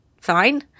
fine